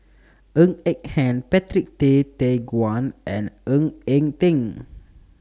Ng Eng Hen Patrick Tay Teck Guan and Ng Eng Teng